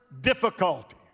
difficulty